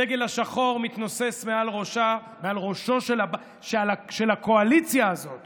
הדגל השחור מתנוסס מעל ראשה של הקואליציה הזאת